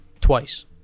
Twice